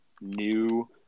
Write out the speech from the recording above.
new